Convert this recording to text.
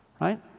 right